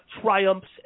triumphs